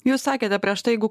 jūs sakėte prieš tai jeigu